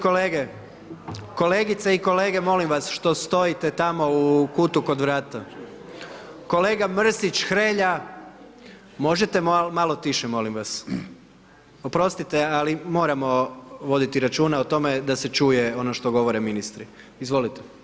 Kolegice i kolege, molim vas, što stojite tamo u kutu kraj vrata, kolega Mrsić, Hrelja, možete malo tiše, molim vas, oprostite ali moramo voditi računa, o tome, da se čuje ono što govore ministri, izvolite.